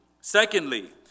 Secondly